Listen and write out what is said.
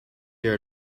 year